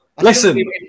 Listen